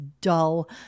dull